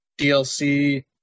DLC